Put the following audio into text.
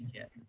yes.